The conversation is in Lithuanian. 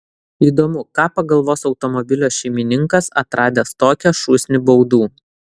įdomu ką pagalvos automobilio šeimininkas atradęs tokią šūsnį baudų